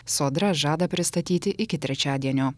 sodra žada pristatyti iki trečiadienio